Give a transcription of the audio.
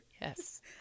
Yes